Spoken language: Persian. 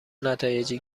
نتایجی